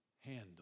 handle